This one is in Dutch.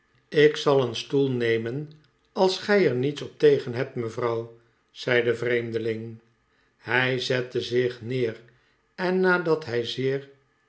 ik zal een stoel nemen als gij er niets op tegen hebt mevrouw zei de vreemdeling hij zette zich neer en nadat hij zeer